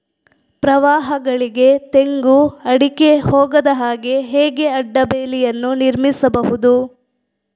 ಪ್ರವಾಹಗಳಿಗೆ ತೆಂಗು, ಅಡಿಕೆ ಹೋಗದ ಹಾಗೆ ಹೇಗೆ ಅಡ್ಡ ಬೇಲಿಯನ್ನು ನಿರ್ಮಿಸಬಹುದು?